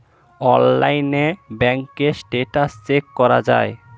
অনলাইনে ব্যাঙ্কের status check করা যায়